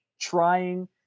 trying